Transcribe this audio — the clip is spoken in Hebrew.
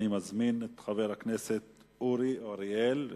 אני מזמין את חבר הכנסת אורי אריאל.